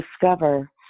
discover